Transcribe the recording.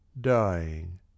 dying